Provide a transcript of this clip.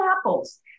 apples